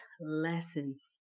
lessons